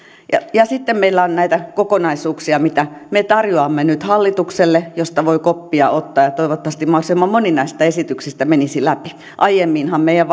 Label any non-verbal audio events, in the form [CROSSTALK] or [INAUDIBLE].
sitten meillä on näitä kokonaisuuksia mitä me tarjoamme nyt hallitukselle joista voi koppia ottaa toivottavasti mahdollisimman moni näistä esityksistä menisi läpi aiemminhan meidän [UNINTELLIGIBLE]